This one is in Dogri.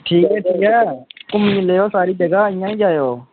ठीक ऐ ठीक ऐ घुम्मी लैयो सारी जगहा इंया निं घुम्मेओ